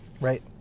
Right